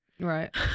Right